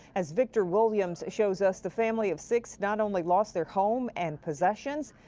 as victor williams shows us, the family of six not only lost their home and possessions,